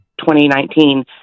2019